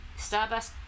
Starbucks